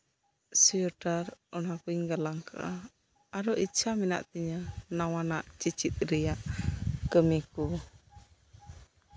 sweater ᱚᱱᱟᱠᱚᱧ ᱜᱟᱞᱟᱝ ᱟᱠᱟᱫᱼᱟ ᱟᱨᱦᱚᱸ ᱤᱪᱪᱷᱟ ᱢᱮᱱᱟᱜ ᱛᱤᱧᱟᱹ ᱱᱟᱶᱟᱱᱟᱜ ᱪᱮᱪᱮᱫ ᱨᱮᱭᱟᱜ ᱠᱟᱹᱢᱤ ᱠᱚ